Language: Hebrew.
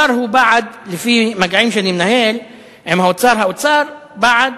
לפי מגעים שאני מנהל עם האוצר, האוצר בעד